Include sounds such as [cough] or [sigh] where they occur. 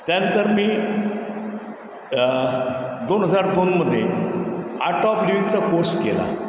त्यानंतर मी दोन हजार दोनमध्ये आट ऑप [unintelligible] कोर्स केला